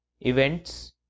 events